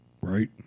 Right